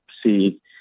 See